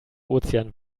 ozean